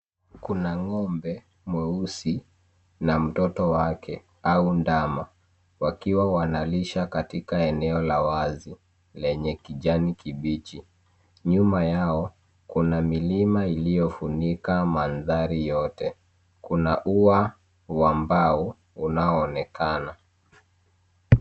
Kuna ng’ombe, mweusi na dama wake, wakiwa wanalisha katika eneo la wazi lenye kijani kibichi. Nyuma yao kuna milima iliyofunika mandhari yote, na kuna mbao zinaoonekana.